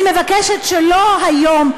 אני מבקשת שלא היום,